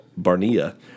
Barnia